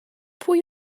pwy